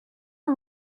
are